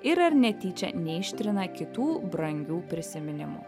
ir ar netyčia neištrina kitų brangių prisiminimų